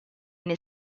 nei